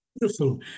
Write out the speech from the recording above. Beautiful